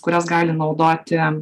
kurios gali naudoti